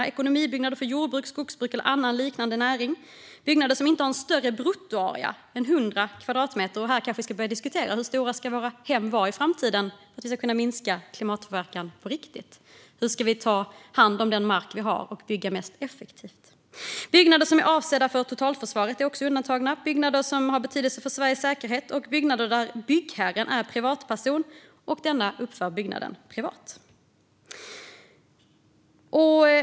Det gäller också ekonomibyggnader för jordbruk, skogsbruk eller annan liknande näring och byggnader som inte har en större bruttoarea än 100 kvadratmeter. Här kanske vi ska börja diskutera hur stora våra hem ska vara i framtiden för att vi ska kunna minska klimatpåverkan på riktigt. Hur ska vi ta hand om den mark vi har och bygga mest effektivt? Byggnader som är avsedda för totalförsvaret är också undantagna. Det gäller även byggnader som har betydelse för Sveriges säkerhet och byggnader där byggherren är privatperson och denna uppför byggnaden privat.